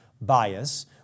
bias